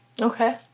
Okay